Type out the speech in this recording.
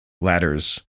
ladders